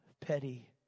petty